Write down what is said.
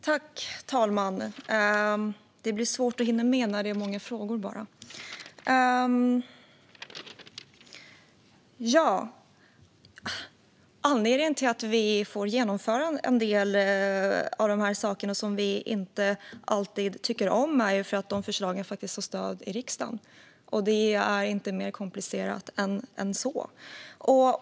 Fru talman! Det blir bara lite svårt att hinna med när det är många frågor. Anledningen till att vi får genomföra en del av de saker som vi inte alltid tycker om är att förslagen har stöd i riksdagen. Det är inte mer komplicerat än så.